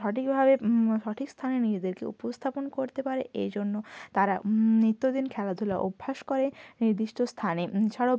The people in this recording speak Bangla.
সঠিকভাবে সঠিক স্থানে নিজেদেরকে উপস্থাপণ করতে পারে এই জন্য তারা নিত্য দিন খেলাধুলা অভ্যাস করে নির্দিষ্ট স্থানে এছাড়াও